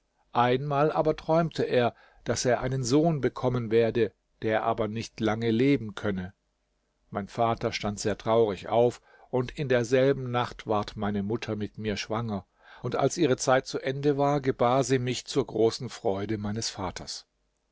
einmal aber träumte er daß er einen sohn bekommen werde der aber nicht lange leben könne mein vater stand sehr traurig auf und in derselben nacht ward meine mutter mit mir schwanger und als ihre zeit zu ende war gebar sich mich zur großen freude meines vaters